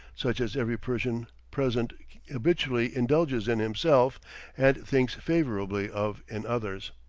such as every persian present habitually indulges in himself and thinks favorably of in others.